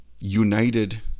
united